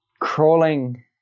crawling